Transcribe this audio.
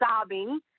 sobbing